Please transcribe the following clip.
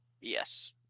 Yes